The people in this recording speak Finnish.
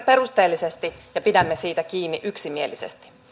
perusteellisesti ja pidämme siitä kiinni yksimielisesti